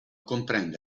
comprende